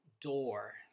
door